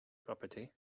property